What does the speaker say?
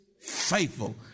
faithful